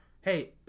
Hey